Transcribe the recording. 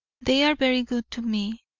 they are very good to me,